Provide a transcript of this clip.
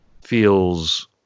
feels